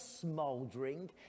smouldering